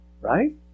right